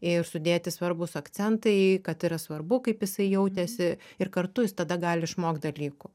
ir sudėti svarbūs akcentai kad yra svarbu kaip jisai jautėsi ir kartu jis tada gali išmokt dalykų